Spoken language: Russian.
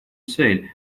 цель